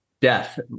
death